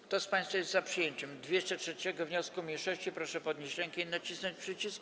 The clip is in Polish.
Kto z państwa jest za przyjęciem 203. wniosku mniejszości, proszę podnieść rękę i nacisnąć przycisk.